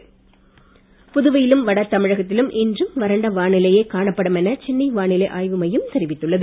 வானிலை புதுவையிலும் வடதமிழகத்திலும் இன்றும் வறண்ட வானிலையே காணப்படும் என சென்னை வானிலை ஆய்வு மையம் தெரிவித்துள்ளது